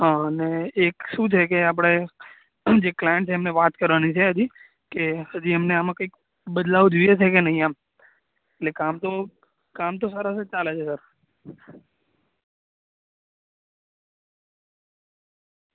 અને એક શું છે કે આપણે જે ક્લાયન્ટ છે એમને વાત કરવાની છે હજી કે હજી એમને આમાં કંઈક બદલાવ જોઈએ છે કે નહીં એમ એટલે કામ તો કામ તો સરસ જ ચાલે છે સર